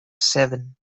seven